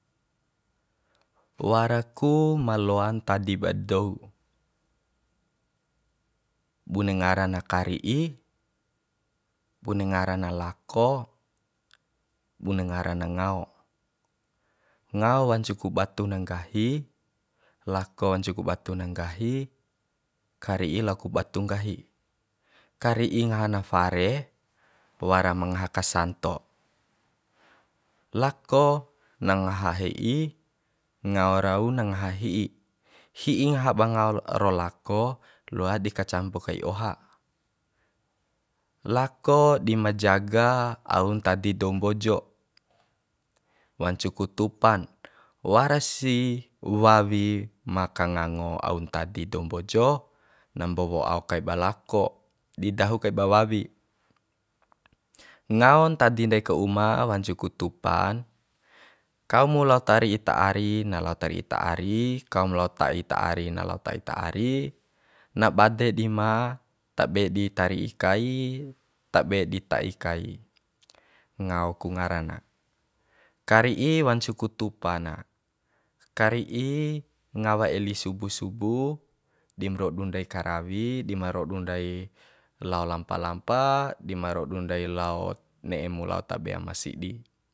Wara ku ma loan ntadi ba dou bune ngara na kari'i bune ngara na lako bune ngara na ngao, ngao wancu ku batu na nggahi lako wancu ku batu na nggahi kari'i lao ku batu nggahi kari'i ngaha na fare wara ma ngaha kasanto lako na ngaha he'i ngao rau na ngaha hi'i hi'i ngaha ba ngao ro lako loa di kacampo kai oha lako dima jaga au ntadi dou mbojo wancu ku tupan wara si wawi ma ka ngango au ntadi dou mbojo na mbowo ao kaiba lako di dahu kai ba wawi ngao ntadi ndai ka uma wancu ku tupan kaumu lao tari'i ta ari na lao tari'i ta ari kaum lao ta'i ta ari na lao ta'i ta ari na bade di ma tabe di tari'i kai tabe di ta'i kai ngao ku ngara na kari'i wancu ku tupa na kari'i ngawa eli subu subu dim rodun re karawi dima radu ndai lao lampa lampa dima radu ndai lao ne'e mu lao tabe aima sidi